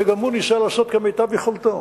שגם הוא ניסה לעשות כמיטב יכולתו